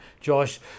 Josh